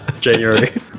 January